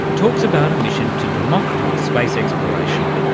talks about a mission to democratise space exploration.